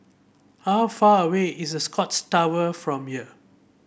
how far away is Scotts Tower from here